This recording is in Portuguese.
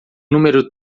número